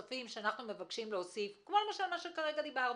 הממשק הזה בין שטח פתוח לעיר,